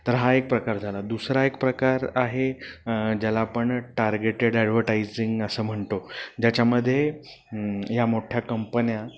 तर हा एक प्रकार झाला दुसरा एक प्रकार आहे ज्याला आपण टारगेटेड ॲडव्हर्टाइजिंग असं म्हणतो ज्याच्यामध्ये या मोठ्या कंपन्या